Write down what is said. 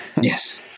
Yes